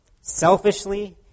selfishly